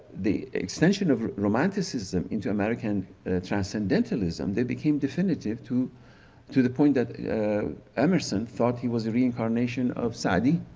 the extension of romanticism into american transcendentalism. they became definitive to to the point that emerson thought he was the reincarnation of saadi.